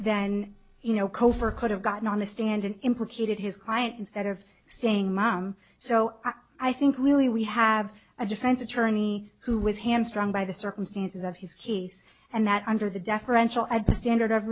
then you know kovar could have gotten on the stand and implicated his client instead of staying mum so i think really we have a defense attorney who was hamstrung by the circumstances of his case and that under the deferential at the standard of